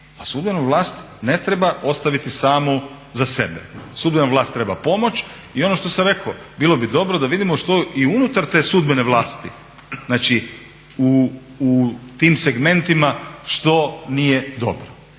sudbenu vlast ne treba ostaviti samu za sebe. Sudbena vlast treba pomoć i ono što sam rekao, bilo bi dobro da vidimo što i unutar te sudbene vlasti znači u tim segmentima što nije dobro.